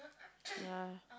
ya